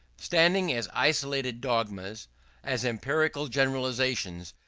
standing as isolated dogmas as empirical generalizations,